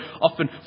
often